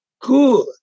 good